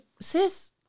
sis